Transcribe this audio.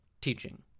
teaching